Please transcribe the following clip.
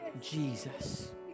Jesus